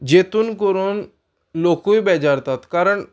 जेतून करून लोकूय बेजारतात कारण